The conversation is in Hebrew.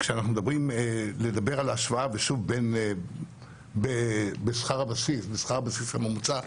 לדבר על שכר הבסיס הממוצע,